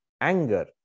anger